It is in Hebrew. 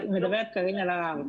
מדברת קארין אלהרר.